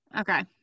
Okay